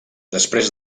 després